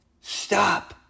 Stop